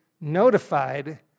notified